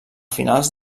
finals